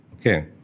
okay